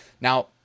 Now